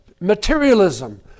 materialism